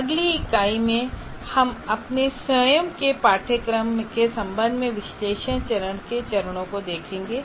अगली इकाई में हम अपने स्वयं के पाठ्यक्रम के संबंध में विश्लेषण चरण के चरणों को देखेंगे